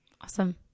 Awesome